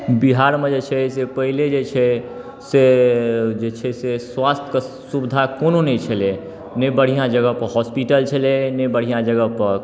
बिहारमे जे छै से पहिले जे छै से जे छै से स्वास्थके सुविधा कोनो नहि छलै ने बढ़िआँ जगहपर हॉस्पिटल छलै ने बढ़िआँ जगहपर